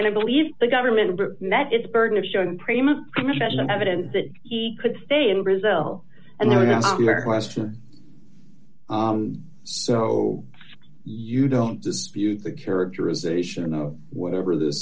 and i believe the government met its burden of showing prima evidence that he could stay in brazil and the question so you don't dispute the characterization of whatever th